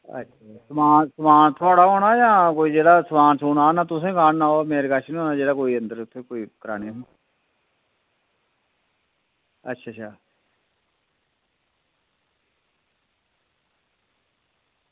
समान समान थुआढ़ा गै होना जां जेह्ड़ा कोई समान आह्नना तुसें गै आह्नना मेरे कश जेह्ड़ा उत्थें कोई कराने ई अच्छा अच्छा